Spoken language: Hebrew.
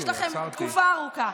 יש לכם תקופה ארוכה.